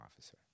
officer